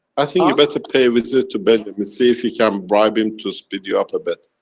i think you better pay a visit to benjamin, see if he can bribe in to speed you up a bit.